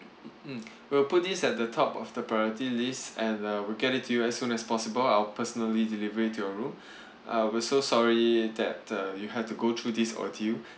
mm we'll put this at the top of the priority list and uh we'll get it to you as soon as possible I'll personally deliver it to your room uh we're so sorry that uh you have to go through this ordeal